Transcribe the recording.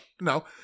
No